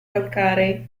calcarei